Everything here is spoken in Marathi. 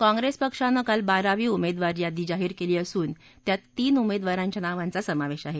काँप्रेस पक्षानं काल बारावी उमेदवारी यादी जाहीर केली असून त्यात तीन उमेदवारांच्या नावांचा समावेश आहे